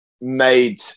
made